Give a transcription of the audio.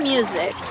Music